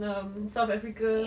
um south africa